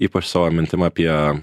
ypač savo mintim apie